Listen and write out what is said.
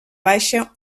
baixa